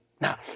Now